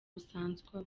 busanzwe